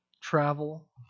travel